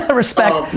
ah respect,